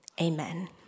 Amen